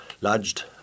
lodged